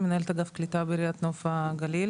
אני מנהלת אגף קליטה בעיריית נוף הגליל.